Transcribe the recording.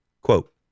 quote